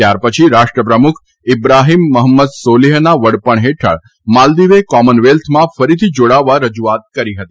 ત્યારપછી રાષ્ટ્રપ્રમુખ ઇબ્રાહીમ મહંમદ સોલીહના વડપણ હેઠળ માલદીવે કોમનવેલ્થમાં ફરીથી જાડાવા રજુઆત કરી હતી